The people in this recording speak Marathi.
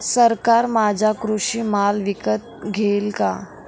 सरकार माझा कृषी माल विकत घेईल का?